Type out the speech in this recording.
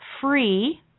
free